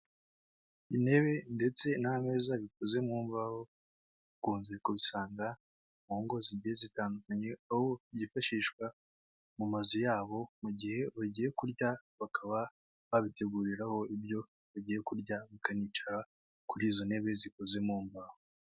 Intebe ndetse n'ameza bikoze mu mbaho, ukunze kubisanga mu ngo zigiye zitandukanye, aho byifashishwa mu mazu yabo, mu gihe bagiye kurya bakaba babiteguriraho ibyo bagiye kurya, bakanicara kuri izo ntebe zikoze mu mbaho.